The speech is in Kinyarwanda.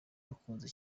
wakunze